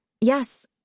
Yes